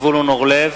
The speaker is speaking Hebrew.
זבולון אורלב,